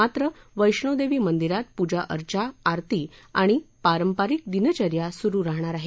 मात्र वैष्णोदेवी मंदिरात पूजा अर्चा आरती आणि पारंपारिक दिनचर्या सुरुच राहणार आहेत